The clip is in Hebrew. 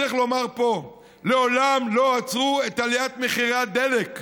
צריך לומר פה, לעולם לא עצרו את עליית מחירי הדלק.